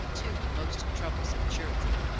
two most troublesome children,